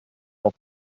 auf